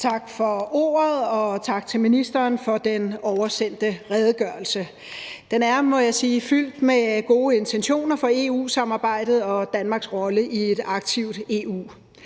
Tak for ordet, og tak til ministeren for den oversendte redegørelse. Den er, må jeg sige, fyldt med gode intentioner i forhold til EU-samarbejdet og Danmarks rolle i et aktivt EU.